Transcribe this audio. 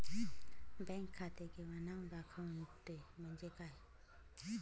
Bank खाते किंवा नाव दाखवते म्हणजे काय?